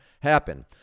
happen